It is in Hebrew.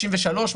63,